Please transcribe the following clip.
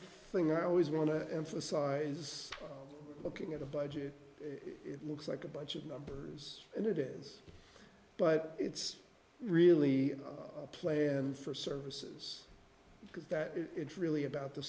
thing i always want to emphasize looking at the budget it looks like a bunch of numbers and it is but it's really a plan for services because that is it's really about the